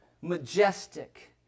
majestic